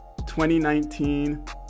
2019